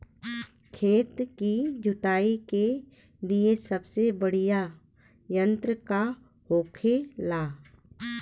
खेत की जुताई के लिए सबसे बढ़ियां यंत्र का होखेला?